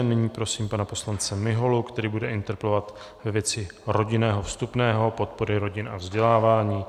Nyní prosím pana poslance Miholu, který bude interpelovat ve věci rodinného vstupného, podpory rodin a vzdělávání.